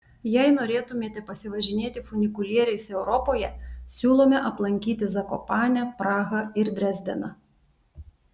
jei norėtumėte pasivažinėti funikulieriais europoje siūlome aplankyti zakopanę prahą ir dresdeną